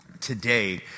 today